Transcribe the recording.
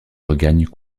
regagne